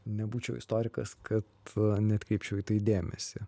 nebūčiau istorikas kad neatkreipčiau į tai dėmesį